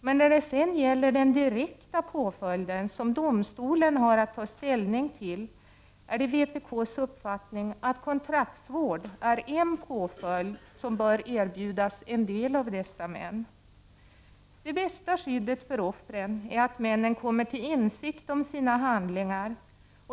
Men när det sedan gäller den direkta påföljden, som domstolen har att ta ställning till, är det vpk:s uppfattning att kontraktsvård är en påföljd som bör erbjudas en del av dessa män. Det bästa skyddet för offren är att männen kommer till insikt om sina handlingar.